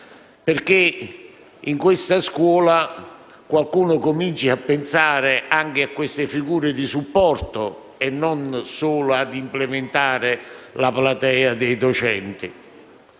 perché in questa scuola qualcuno cominci a pensare anche a queste figure di supporto, e non solo a implementare la platea dei docenti.